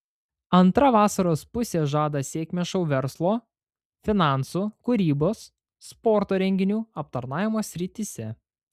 antra vasaros pusė žada sėkmę šou verslo finansų kūrybos sporto renginių aptarnavimo srityse